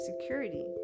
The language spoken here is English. security